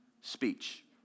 speech